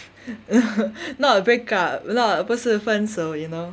not break up 不是分手 you know